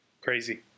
Crazy